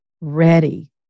ready